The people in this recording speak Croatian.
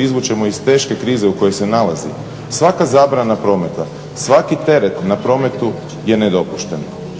izvučeno iz teške krize u kojoj se nalazi svaka zabrana prometa, svaki teret na prometu je nedopušten.